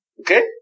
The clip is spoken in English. Okay